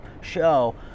show